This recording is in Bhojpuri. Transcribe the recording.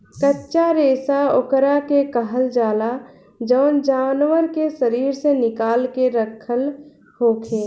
कच्चा रेशा ओकरा के कहल जाला जवन जानवर के शरीर से निकाल के रखल होखे